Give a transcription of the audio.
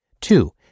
Two